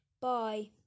Bye